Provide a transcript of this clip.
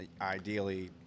ideally